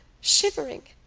shivering.